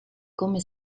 come